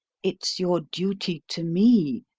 it's your duty to me,